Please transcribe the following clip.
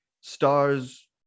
stars